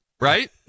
right